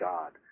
God